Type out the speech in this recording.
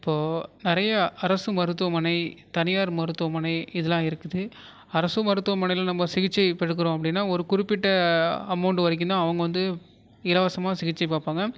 இப்போது நிறையா அரசு மருத்துவமனை தனியார் மருத்துவமனை இதெலாம் இருக்குது அரசு மருத்துவமனையில் நம்ம சிகிச்சை இப்போ எடுக்கிறோம் அப்படின்னா ஒரு குறிப்பிட்ட அமௌன்ட் வரைக்கும்தான் அவங்க வந்து இலவசமாக சிகிச்சை பார்ப்பாங்க